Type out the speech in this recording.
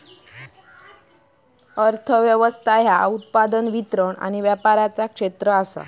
अर्थ व्यवस्था ह्या उत्पादन, वितरण आणि व्यापाराचा क्षेत्र आसा